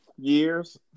years